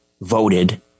voted